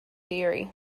theory